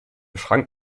schrank